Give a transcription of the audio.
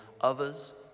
others